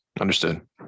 Understood